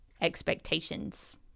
expectations